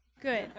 Good